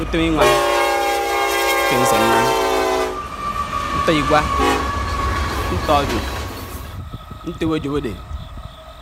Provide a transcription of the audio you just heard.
ùtòm iŋwáŋ kéñsé nnám ntọ igwá, ntọ ájòp. ntòp ájob ádé